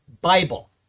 Bible